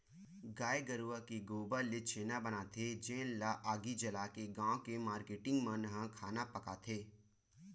गाये गरूय के गोबर ले छेना बनाथे जेन ल आगी जलाके गाँव के मारकेटिंग मन ह खाना पकाथे